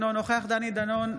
אינו נוכח דני דנון,